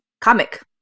comic